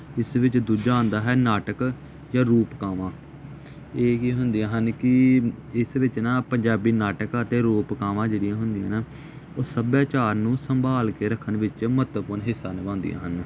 ਇਸ ਵਿੱਚ ਦੂਜਾ ਆਉਂਦਾ ਹੈ ਨਾਟਕ ਜਾਂ ਰੂਪਕਾਵਾਂ ਇਹ ਕੀ ਹੁੰਦੀਆਂ ਹਨ ਕਿ ਇਸ ਵਿੱਚ ਨਾ ਪੰਜਾਬੀ ਨਾਟਕ ਅਤੇ ਰੂਪਕਾਵਾਂ ਜਿਹੜੀਆਂ ਹੁੰਦੀਆਂ ਨਾ ਉਹ ਸੱਭਿਆਚਾਰ ਨੂੰ ਸੰਭਾਲ ਕੇ ਰੱਖਣ ਵਿੱਚ ਮਹੱਤਵਪੂਰਨ ਹਿੱਸਾ ਨਿਭਾਉਂਦੀਆਂ ਹਨ